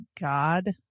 God